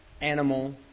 animal